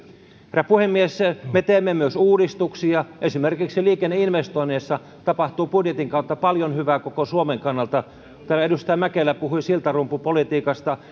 herra puhemies me teemme myös uudistuksia esimerkiksi liikenneinvestoinneissa tapahtuu budjetin kautta paljon hyvää koko suomen kannalta edustaja mäkelä puhui siltarumpupolitiikasta